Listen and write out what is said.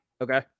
Okay